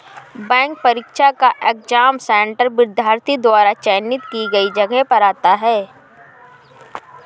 bank परीक्षा का exam centre विद्यार्थी द्वारा चयनित की गई जगह पर आता है